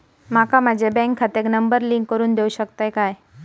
माका माझ्या बँक खात्याक नंबर लिंक करून देऊ शकता काय?